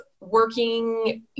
working